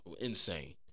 Insane